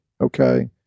okay